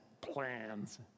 Plans